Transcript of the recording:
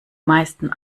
meisten